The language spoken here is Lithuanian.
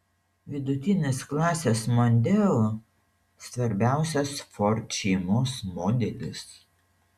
vidutinės klasės mondeo svarbiausias ford šeimos modelis